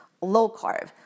low-carb